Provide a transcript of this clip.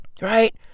right